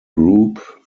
group